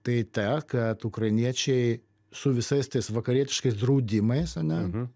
tai ta kad ukrainiečiai su visais tais vakarietiškais draudimais ar ne